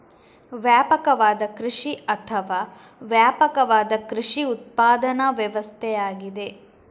ವ್ಯಾಪಕವಾದ ಕೃಷಿ ಅಥವಾ ವ್ಯಾಪಕವಾದ ಕೃಷಿ ಉತ್ಪಾದನಾ ವ್ಯವಸ್ಥೆಯಾಗಿದೆ